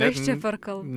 kas čia per kalba